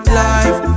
life